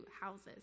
houses